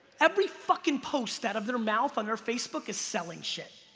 every fucking post out of their mouth on their facebook is selling shit.